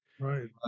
Right